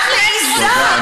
את מעיזה,